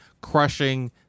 crushing